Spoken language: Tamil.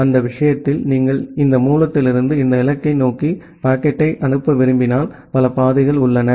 அந்த விஷயத்தில் நீங்கள் இந்த மூலத்திலிருந்து இந்த இலக்கை நோக்கி பாக்கெட்டை அனுப்ப விரும்பினால் பல பாதைகள் உள்ளன